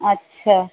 अच्छा